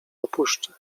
opuszczę